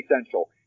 essential